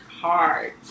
hard